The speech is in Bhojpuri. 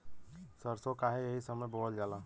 सरसो काहे एही समय बोवल जाला?